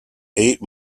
eight